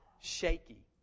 Shaky